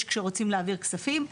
כשרוצים להעביר כספים,